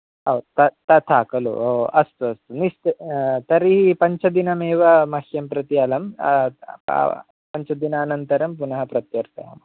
ओ त तथा खलु अस्तु अस्तु निश्च तर्हि पञ्चदिनम् एव मह्यं प्रति अलं पञ्चदिनान्तरं पुनः प्रत्यर्पयामि